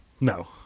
No